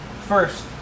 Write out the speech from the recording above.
First